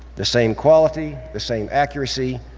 the same quality, the same accuracy,